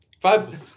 five